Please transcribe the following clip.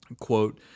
quote